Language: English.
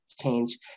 change